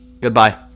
Goodbye